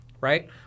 right